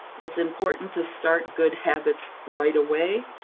it's important to start good habits right away,